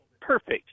Perfect